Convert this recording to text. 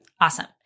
Awesome